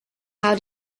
how